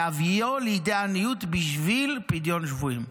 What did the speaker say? להביאו לידי עניות בשביל פדיון שבויים.